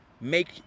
Make